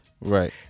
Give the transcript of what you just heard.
Right